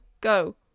go